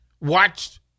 Watched